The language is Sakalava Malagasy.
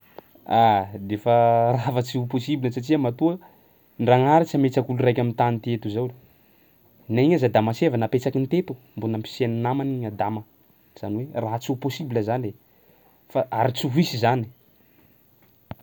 Aah, de fa raha fa tsy ho possibla satsia matoa Ndragnahary tsy ametsaky olo raiky am'tany ty eto zao na igny aza Adama sy Eva napetsakiny teto mbo nampisiany namany i Adama zany hoe rah tsy ho possibla zany fa ary tsy ho hisy zany.